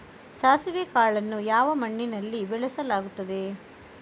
ಸಾಸಿವೆ ಕಾಳನ್ನು ಯಾವ ಮಣ್ಣಿನಲ್ಲಿ ಬೆಳೆಸಲಾಗುತ್ತದೆ?